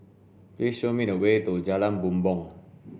please show me the way to Jalan Bumbong